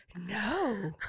no